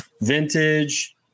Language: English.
vintage